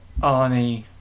Arnie